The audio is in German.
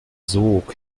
sog